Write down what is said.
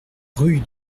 rue